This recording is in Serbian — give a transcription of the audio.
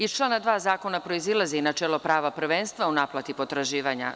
Iz člana 2. zakona proizilazi i načelo prava prvenstva u naplati potraživanja.